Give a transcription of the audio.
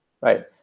Right